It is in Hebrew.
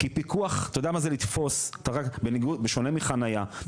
כי בשונה מחניה,